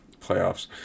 playoffs